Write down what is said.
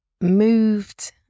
moved